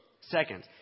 Second